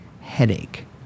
Headache